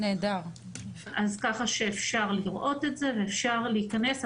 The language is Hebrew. כך שאפשר לראות את זה ואפשר להיכנס.